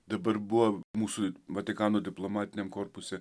dabar buvo mūsų vatikano diplomatiniam korpuse